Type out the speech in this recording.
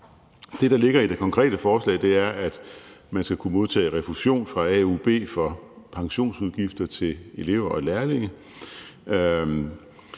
Det, der ligger i det konkrete forslag, er, at man skal kunne modtage refusion fra AUB for pensionsudgifter til elever og lærlinge